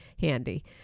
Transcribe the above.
handy